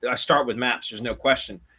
and i start with maps, there's no question.